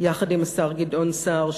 יחד עם השר גדעון סער,